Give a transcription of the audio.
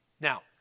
Now